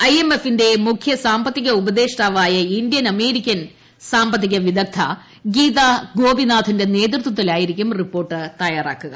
I എം എഫിന്റെ മുഖ്യ സാമ്പത്തിക ഉപദേഷ്ടാവായ ഇന്ത്യൻ അമേരിക്കൻ ഇക്കണോമിസ്റ്റ് ഗീതാ ഗോപിനാഥിന്റെ നേതൃത്വത്തിലായിരിക്കും റിപ്പോർട്ട് തയ്യാറാക്കുക